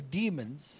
demons